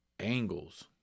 angles